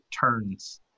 turns